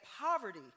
poverty